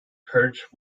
perch